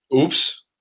Oops